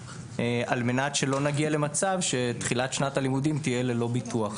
על מנת שלא נגיע למצב שתחילת שנת הלימודים תהיה ללא ביטוח,